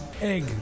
egg